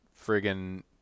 friggin